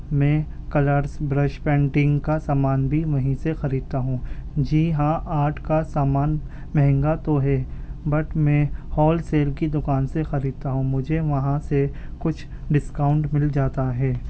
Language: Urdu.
میں کلرس برش پینٹنگ کا سامان بھی وہیں سے خریدتا ہوں جی ہاں آرٹ کا سامان مہنگا تو ہے بٹ میں ہول سیل کی دکان سے خریدتا ہوں مجھے وہاں سے کچھ ڈسکاؤنٹ مل جاتا ہے